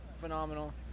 phenomenal